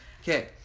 Okay